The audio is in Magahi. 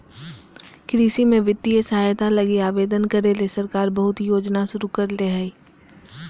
कृषि में वित्तीय सहायता लगी आवेदन करे ले सरकार बहुत योजना शुरू करले हइ